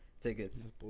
tickets